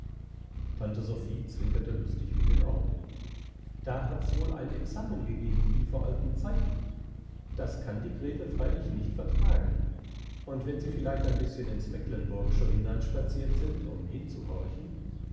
tante sophie zwinkerte lustig mit den augen da hat's wohl ein examen gegeben wie vor alten zeiten das kann die gretel freilich nicht vertragen und wenn sie vielleicht ein bißchen ins mecklenburgsche hineinspaziert sind um